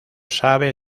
sabe